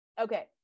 Okay